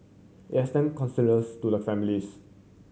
it extend condolence to the families